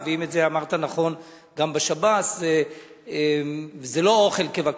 אמרת נכון שמביאים את זה גם בשב"ס,